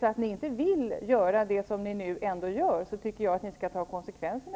Vill ni inte göra det som ni nu ändå gör, tycker jag att ni skall ta konsekvenserna.